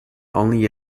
only